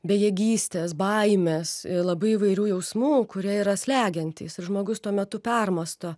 bejėgystės baimės labai įvairių jausmų kurie yra slegiantys ir žmogus tuo metu permąsto